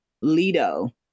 Lido